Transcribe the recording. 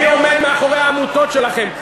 מי עומד מאחורי העמותות שלכם.